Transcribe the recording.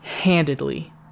handedly